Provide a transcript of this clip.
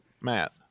Matt